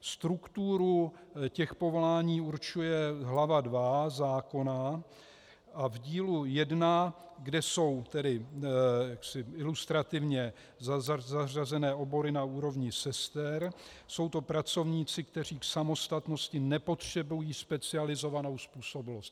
Strukturu těch povolání určuje hlava II zákona a v dílu 1, kde jsou ilustrativně zařazené obory na úrovni sester, jsou to pracovníci, kteří k samostatnosti nepotřebují specializovanou způsobilost.